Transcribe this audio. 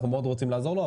אנחנו מאוד רוצים לעזור לו,